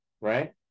right